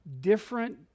different